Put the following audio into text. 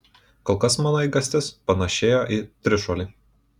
kol kas mano eigastis panėšėjo į trišuolį